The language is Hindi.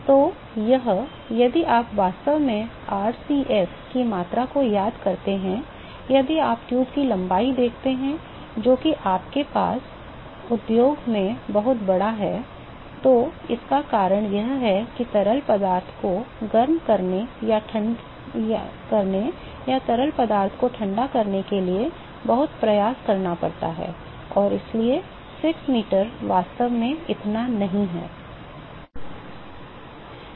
तो यह यदि आप वास्तव में RCF की अपनी यात्रा को याद करते हैं यदि आप ट्यूब की लंबाई देखते हैं जो कि आपके पास उद्योग में बहुत बड़ा है तो इसका कारण यह है कि तरल पदार्थ को गर्म करने या तरल पदार्थ को ठंडा करने के लिए बहुत प्रयास करना पड़ता है और इसलिए 6 मीटर वास्तव में इतना नहीं है